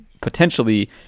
potentially